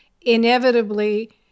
inevitably